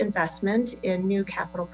investment in new capital